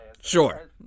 Sure